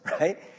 right